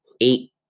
eight